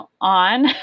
on